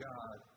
God